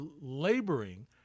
laboring